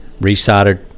Resoldered